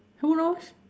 who knows